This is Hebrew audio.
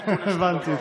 הבנתי.